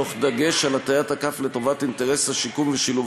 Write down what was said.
תוך שימת דגש על הטיית הכף לטובת אינטרס השיקום והשילוב